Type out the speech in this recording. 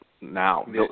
now